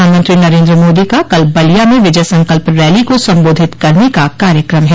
प्रधानमंत्री नरेन्द्र मोदी का कल बलिया में विजय संकल्प रैली को संबोधित करने का कार्यक्रम है